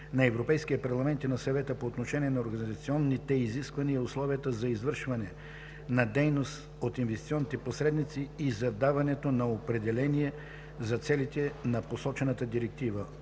на Европейския парламент и на Съвета по отношение на организационните изисквания и условията за извършване на дейност от инвестиционните посредници и за даването на определения за целите на посочената директива